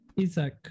Isaac